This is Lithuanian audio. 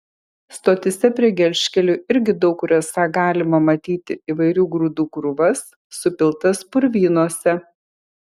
stotyse prie gelžkelių irgi daug kur esą galima matyti įvairių grūdų krūvas supiltas purvynuose